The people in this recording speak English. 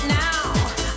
now